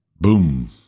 Boom